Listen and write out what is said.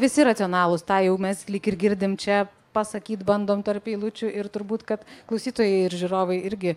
visi racionalūs tą jau mes lyg ir girdim čia pasakyt bandom tarp eilučių ir turbūt kad klausytojai ir žiūrovai irgi